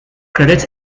credits